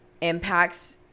impacts